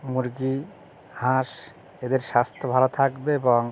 মুরগি হাঁস এদের স্বাস্থ্য ভালো থাকবে এবং